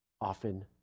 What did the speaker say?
often